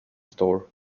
store